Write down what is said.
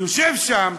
יושב שם,